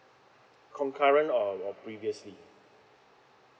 concurrent or or previously